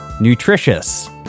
Nutritious